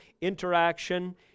interaction